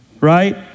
right